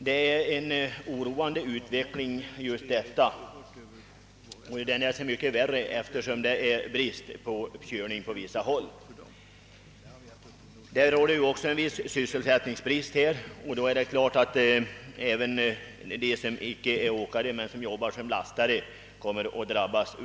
Det är en oroande utveckling, särskilt som det på vissa håll är brist på körningar. Sysselsättningsbristen leder till att inte endast åkarna utan även lastarna drabbas.